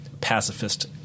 pacifist